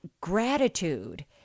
gratitude